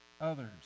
others